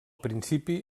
principi